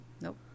Nope